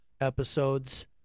episodes